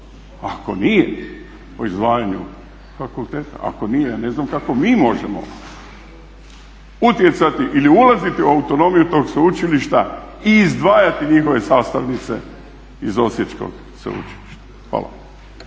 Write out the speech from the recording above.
ako nije o izdvajanju fakulteta ako nije ja ne znam kako mi možemo utjecati ili ulaziti u autonomiju tog sveučilišta i izdvajati njihove sastavnice iz Osječkog sveučilišta. Hvala.